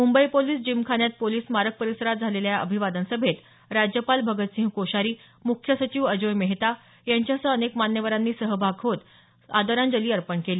Mumbai police जिमखान्यात police स्मारक परिसरात झालेल्या या अभिवादन सभेत राज्यपाल भगतसिंह कोश्यारी मुख्य सचिव अजॉय मेहता यांच्यासह अनेक मान्यवरांनी सहभागी होत आदरांजली अर्पण केली